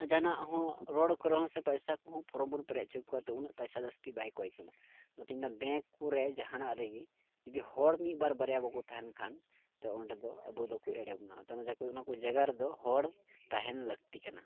ᱡᱟᱦᱟᱱᱟᱜ ᱦᱚᱸ ᱨᱚᱲ ᱠᱚᱨᱮ ᱦᱚᱸ ᱥᱮ ᱯᱚᱭᱥᱟ ᱠᱚᱦᱚᱸ ᱯᱷᱨᱚᱢ ᱵᱚᱱ ᱯᱮᱨᱮᱡ ᱦᱚᱪᱚ ᱠᱚᱣᱟ ᱛᱳ ᱩᱱᱟᱹᱜ ᱡᱟᱹᱥᱛᱤ ᱯᱚᱭᱥᱟ ᱵᱟᱭ ᱠᱚᱭ ᱠᱟᱱᱟ ᱚᱱᱟᱛᱤᱧ ᱢᱮᱱᱟ ᱵᱮᱝᱠ ᱠᱚᱨᱮ ᱡᱟᱦᱟᱱᱟᱜ ᱨᱮᱜᱮ ᱡᱩᱫᱤ ᱦᱚᱲ ᱢᱤᱫ ᱵᱟᱨ ᱵᱟᱨᱭᱟ ᱵᱟᱠᱚ ᱛᱟᱦᱮᱱ ᱠᱷᱟᱱ ᱛᱳ ᱚᱸᱰᱮ ᱫᱚ ᱟᱵᱚ ᱫᱚᱠᱚ ᱮᱲᱮ ᱵᱚᱱᱟ ᱛᱳ ᱚᱱᱟ ᱡᱟᱦᱟᱸ ᱠᱚ ᱚᱱᱟ ᱠᱚ ᱡᱟᱭᱜᱟ ᱨᱮᱫᱚ ᱦᱚᱲ ᱛᱟᱦᱮᱱ ᱞᱟᱹᱠᱛᱤ ᱠᱟᱱᱟ